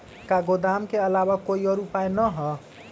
का गोदाम के आलावा कोई और उपाय न ह?